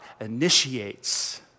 initiates